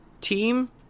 team